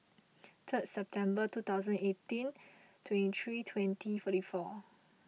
third September two thousand eighteen twenty three twenty forty four